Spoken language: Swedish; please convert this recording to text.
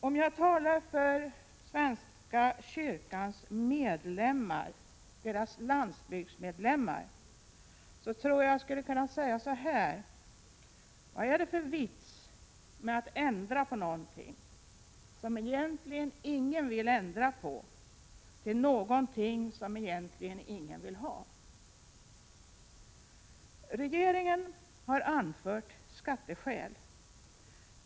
Om jag talar för svenska kyrkans medlemmar på landsbygden tror jag att jag skulle kunna fråga: Vad är det för vits med att ändra på något som egentligen ingen vill ändra på till något som egentligen ingen vill ha? Regeringen har anfört skatteskäl.